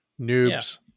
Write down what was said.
Noobs